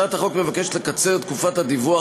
הצעת החוק מבקשת לקצר את תקופת הדיווח,